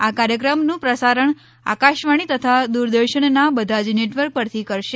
આ કાર્યક્રમનું પ્રસારણ આકાશવાણી તથા દૂરદર્શનના બધા જ નેટવર્ક પરથી કરશે